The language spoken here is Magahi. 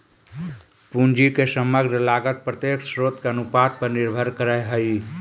पूंजी के समग्र लागत प्रत्येक स्रोत के अनुपात पर निर्भर करय हइ